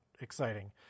exciting